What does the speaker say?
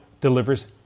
delivers